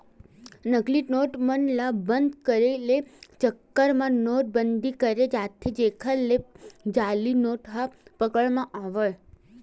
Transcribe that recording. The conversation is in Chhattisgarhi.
नकली नोट मन ल बंद करे के चक्कर म नोट बंदी करें जाथे जेखर ले जाली नोट ह पकड़ म आवय